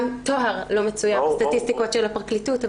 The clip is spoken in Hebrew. גם טוהר לא מצויה בסטטיסטיקות של הפרקליטות.